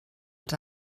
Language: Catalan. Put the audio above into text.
els